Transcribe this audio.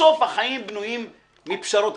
בסוף החיים בנויים מפשרות.